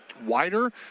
wider